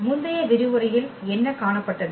முந்தைய விரிவுரையில் என்ன காணப்பட்டது